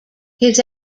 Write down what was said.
his